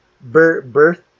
Birth